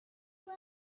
from